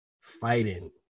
fighting